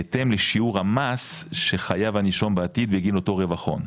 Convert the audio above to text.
בהתאם לשיעור המס שחייב הנישום בעתיד בגין אותו רווח הון,